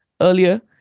earlier